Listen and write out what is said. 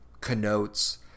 connotes